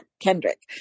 Kendrick